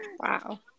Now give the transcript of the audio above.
Wow